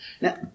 Now